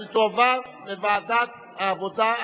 אז תועבר לוועדת העבודה,